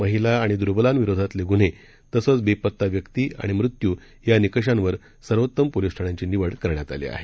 महिलाआणिदुर्बलांविरोधातलेगुन्हेतसंचलापताव्यक्तीआणिमृत्यूयानिकषांवरसर्वोत्तमपोलीसठाण्यांचीनिवडकरण्यातआली आहे